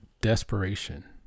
desperation